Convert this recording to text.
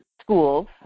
schools